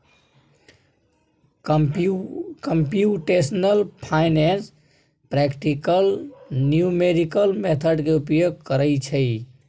computational finance practical numerical method के उपयोग करइ छइ